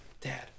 Dad